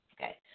Okay